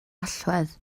allwedd